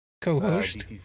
Co-host